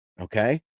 okay